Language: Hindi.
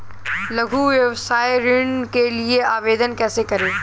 लघु व्यवसाय ऋण के लिए आवेदन कैसे करें?